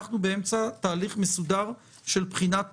אנחנו באמצע תהליך מסודר של בחינת